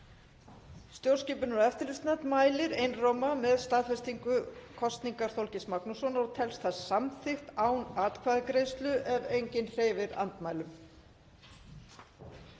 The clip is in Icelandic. Stjórnskipunar- og eftirlitsnefnd mælir einróma með staðfestingu kosningar Þorgils Magnússonar og telst það samþykkt án atkvæðagreiðslu ef enginn hreyfir andmælum.